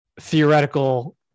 theoretical